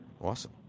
Awesome